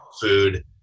food